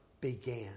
began